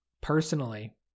Personally